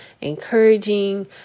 encouraging